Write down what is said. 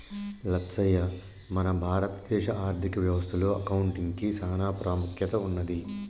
లచ్చయ్య మన భారత దేశ ఆర్థిక వ్యవస్థ లో అకౌంటిగ్కి సాన పాముఖ్యత ఉన్నది